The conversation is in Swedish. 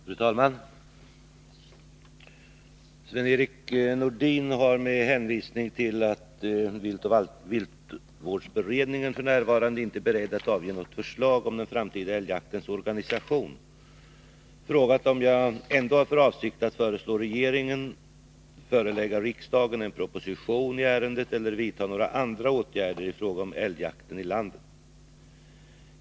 Fru talman! Sven-Erik Nordin har med hänvisning till att jaktoch viltvårdsberedningen f. n. inte är beredd att avge något förslag om den framtida älgjaktens organisation frågat om jag ändå har för avsikt att föreslå regeringen att förelägga riksdagen en proposition i ärendet eller vidta några andra åtgärder i fråga om älgjakten i landet.